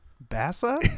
bassa